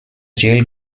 jail